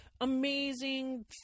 amazing